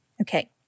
Okay